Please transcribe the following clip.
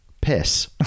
piss